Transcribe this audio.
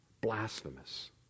blasphemous